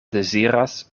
deziras